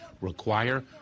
require